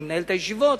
אני מנהל את הישיבות,